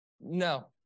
No